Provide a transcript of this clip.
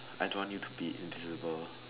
I don't want you to be invisible